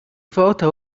volta